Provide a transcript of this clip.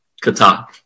kata